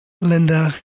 linda